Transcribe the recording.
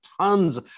tons